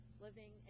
living